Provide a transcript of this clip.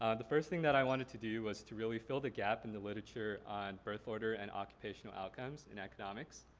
the first thing that i wanted to do was to really fill the gap in the literature on birth order and occupational outcomes in economics.